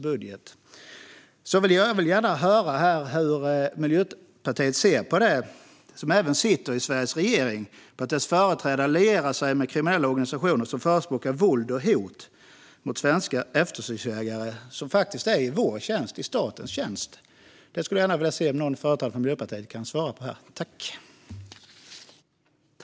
Jag vill gärna höra hur Miljöpartiet, som även sitter i regeringen, ser på att dess företrädare lierar sig med kriminella organisationer som förespråkar våld och hot mot svenska eftersöksjägare som är i statens tjänst.